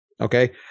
okay